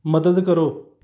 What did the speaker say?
ਮਦਦ ਕਰੋ